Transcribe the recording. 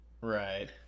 right